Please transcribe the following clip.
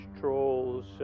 trolls